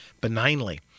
benignly